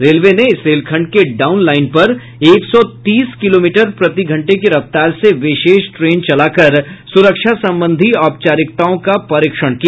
railway ने इस रेलखंड के डाउन लाईन पर एक सौ तीस किलोमीटर प्रति घंटे की रफ्तार से विशेष ट्रेन चला कर सुरक्षा संबंधी औपचारिकताओं का परीक्षण किया